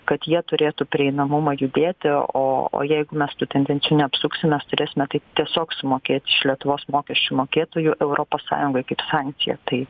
kad jie turėtų prieinamumą judėti o o jeigu mes tų tendencijų neapsuksim mes turėsime tai tiesiog sumokėt iš lietuvos mokesčių mokėtojų europos sąjungai kaip sankciją tai